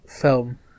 film